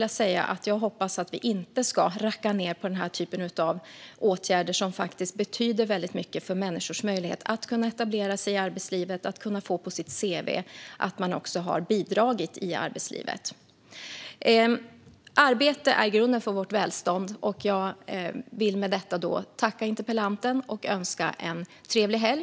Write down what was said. Jag hoppas att vi inte ska racka ned på denna typ av åtgärder som betyder mycket för människors möjlighet att etablera sig i arbetslivet och få på sitt cv att de har bidragit där. Arbete är grunden för vårt välstånd. Med detta vill jag tacka interpellanten och önska en trevlig helg.